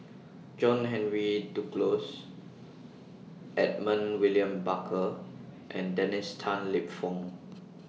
John Henry Duclos Edmund William Barker and Dennis Tan Lip Fong